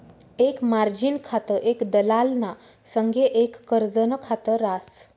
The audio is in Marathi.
एक मार्जिन खातं एक दलालना संगे एक कर्जनं खात रास